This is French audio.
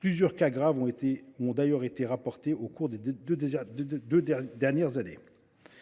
Plusieurs cas graves ont d’ailleurs été rapportés au cours des deux dernières années.